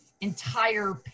entire